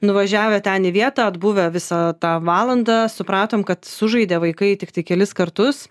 nuvažiavę ten į vietą atbuvę visą tą valandą supratom kad sužaidė vaikai tiktai kelis kartus